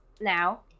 now